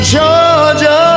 Georgia